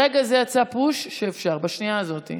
ברגע זה יצא פוש שאפשר, בשנייה הזאת.